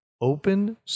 Open